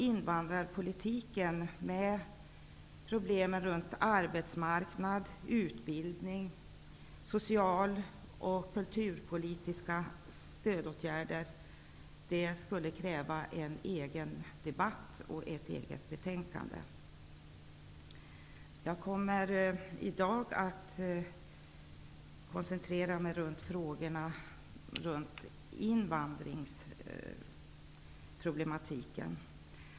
Invandrarpolitiken, där det är problem med arbetsmarknad, utbildning, social och kulturpolitiska stödåtgärder, kräver en egen debatt och ett eget betänkande. Jag kommer i dag att koncentrera mig på frågor om invandrarpolitiken.